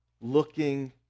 looking